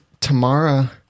Tamara